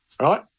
right